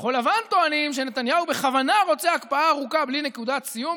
בכחול לבן טוענים שנתניהו בכוונה רוצה הקפאה ארוכה בלי נקודת סיום,